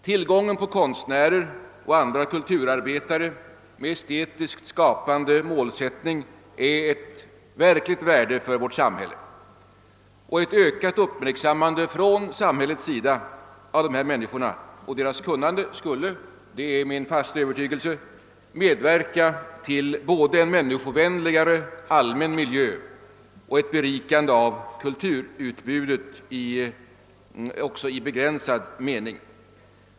Tillgången på konstnärer och andra kulturarbetare med estetiskt skapande som mål är ett verkligt värde för ett samhälle, och ett ökat uppmärksammande från samhällets sida av dessa människor och deras kunnande skulle, det är min fasta övertygelse, medverka till både en människovänligare allmän miljö och ett berikande av kulturutbudet även i begränsad mening.